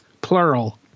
plural